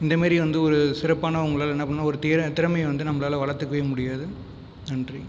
இந்த மாதிரி வந்து ஒரு சிறப்பான உங்களால் என்ன பண்ணுன்னால் ஒரு திறமையை வந்து நம்மளால வளர்த்துக்கவே முடியாது நன்றி